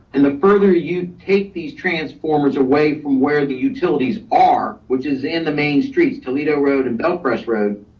and the further you take these transformers away from where the utilities are, which is in the main streets, toledo road and bellcrest road,